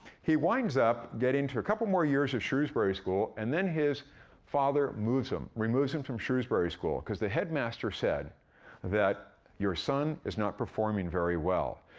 he winds up getting into a couple more years at shrewsbury school, and then his father moves him removes him from shrewsbury school cause the headmaster said that, your son is not performing very well.